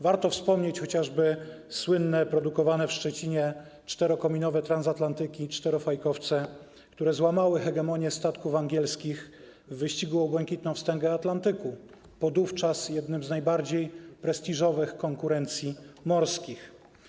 Warto wspomnieć chociażby słynne produkowane w Szczecinie czterokominowe transatlantyki, czterofajkowce, które złamały hegemonię statków angielskich w wyścigu o Błękitną Wstęgę Atlantyku, wówczas jedną z najbardziej prestiżowych konkurencji morskich.